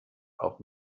auf